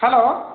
hello